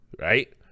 right